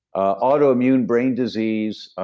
ah autoimmune brain disease,